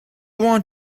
want